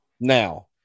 Now